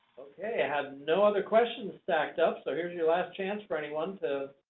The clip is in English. yeah have no other questions stacked up, so here's your last chance for anyone to